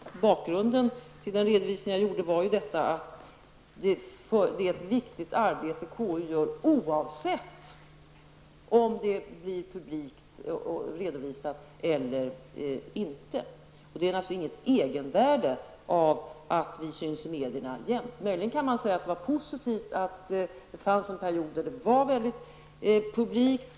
Bakgrunden till den redovisning som jag gjorde var att KU gör ett viktigt arbete, oavsett om det blir publikt redovisat eller inte. Det ligger inget egenvärde i att vi jämt syns i medierna. Möjligen kan man säga att det var positivt att det fanns en period då arbetet var mycket publikt.